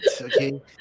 okay